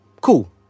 Cool